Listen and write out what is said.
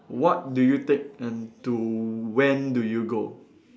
what do you take and to when do you go